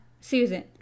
Susan